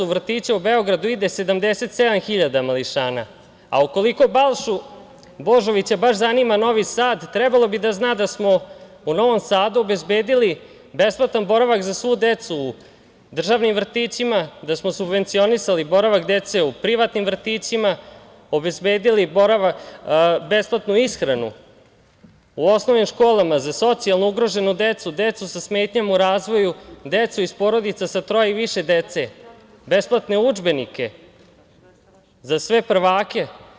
Ukoliko Balšu Božovića baš zanima Novi Sad, trebalo bi da zna da smo u Novom Sadu obezbedili besplatan boravak za svu decu u državnim vrtićima, da smo subvencionisali boravak dece u privatnim vrtićima, obezbedili besplatnu ishranu u osnovnim školama za socijalno ugroženu decu, decu sa smetnjama u razvoju, decu iz porodica sa troje i više dece, besplatne udžbenike za sve prvake.